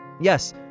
Yes